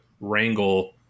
wrangle